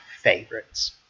favorites